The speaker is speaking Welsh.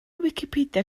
wicipedia